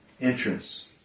entrance